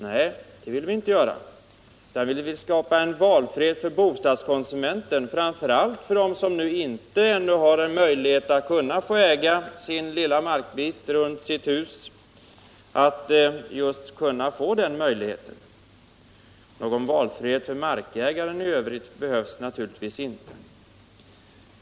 Nej, det vill vi inte göra! Vi vill skapa en valfrihet för bostadskonsumenten, speciellt för den som ännu inte har möjlighet att få äga sin lilla markbit runt sitt hus, att just få den möjligheten. Någon valfrihet för markägaren i övrigt behövs naturligtvis inte.